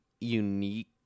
unique